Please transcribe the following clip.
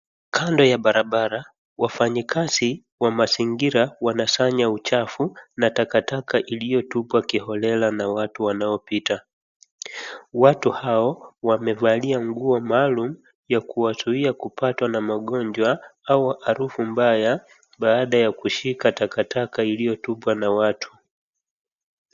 Kando ya barabara wafanyakazi wa mazingira wanasanya uchafu na taka taka iliyo tupwa kihorera na watu wanaopita. Watu hao wamevalia nguo maalum ya kuwazuia kupatwa na maugonjwa ama harufu mbaya baada ya kushika taka taka iliyo tupwa na watu.